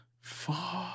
Fuck